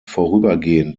vorübergehend